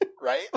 right